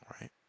right